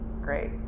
Great